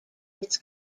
its